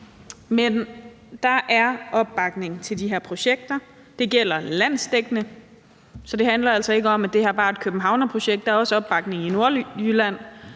Men der er opbakning til de her projekter. Det gælder landsdækkende. Så det handler altså ikke om, at det her bare er et københavnerprojekt. Der er også opbakning i Nordjylland,